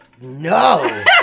No